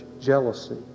jealousy